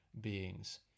beings